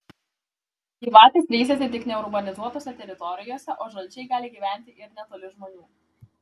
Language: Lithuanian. gyvatės veisiasi tik neurbanizuotose teritorijose o žalčiai gali gyventi ir netoli žmonių